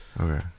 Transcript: Okay